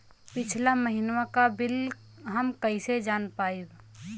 पिछला महिनवा क बिल हम कईसे जान पाइब?